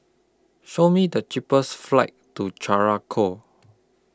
Show Me The cheapest flights to Curacao